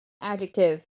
Adjective